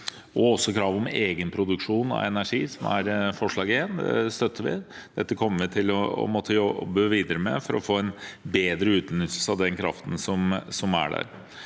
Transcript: og krav om egenproduksjon av energi, som er forslag til vedtak I. Det støtter vi. Dette kommer vi til å måtte jobbe videre med for å få en bedre utnyttelse av den kraften som er der.